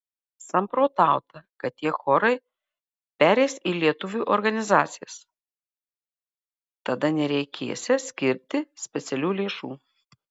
samprotauta kad tie chorai pereis į lietuvių organizacijas tada nereikėsią skirti specialių lėšų